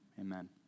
Amen